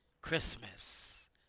christmas